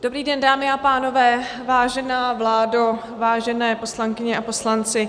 Dobrý den, dámy a pánové, vážená vládo, vážené poslankyně a poslanci.